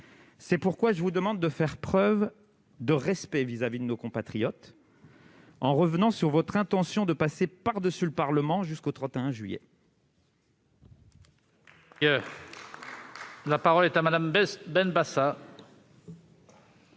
C'est pourquoi je vous demande de faire preuve de respect vis-à-vis de nos compatriotes, en revenant sur votre intention de passer par-dessus le Parlement jusqu'au 31 juillet. La parole est à Mme Esther Benbassa,